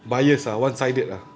cringey oh